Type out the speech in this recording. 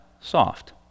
Soft